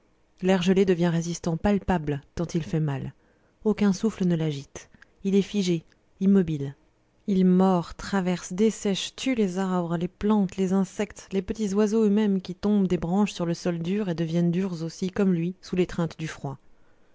l'air gelé devient résistant palpable tant il fait mal aucun souffle ne l'agite il est figé immobile il mord traverse dessèche tue les arbres les plantes les insectes les petits oiseaux eux-mêmes qui tombent des branches sur le sol dur et deviennent durs aussi comme lui sous l'étreinte du froid